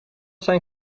zijn